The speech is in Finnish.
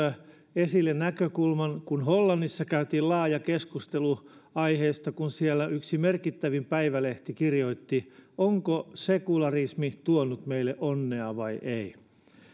esille näkökulman kun hollannissa käytiin laaja keskustelu aiheesta kun siellä yksi merkittävimmistä päivälehdistä kirjoitti onko sekularismi tuonut meille onnea vai ei